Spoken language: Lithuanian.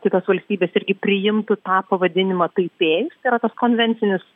kitos valstybės irgi priimtų tą pavadinimą taipėjus tai yra tas konvencinis